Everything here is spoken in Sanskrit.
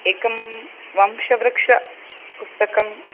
एकं वंशवृक्षपुस्तकं